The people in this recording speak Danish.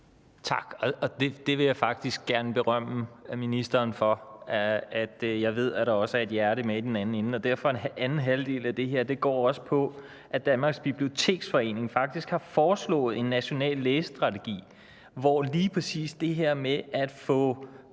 Tak. Det vil jeg faktisk gerne berømme ministeren for. Jeg ved, at der også er et hjerte med i den anden ende, og derfor går den anden halvdel af det her på, at Danmarks Biblioteksforening faktisk har foreslået en national læsestrategi, hvor lige præcis det her med at få